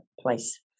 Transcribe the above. place